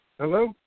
Hello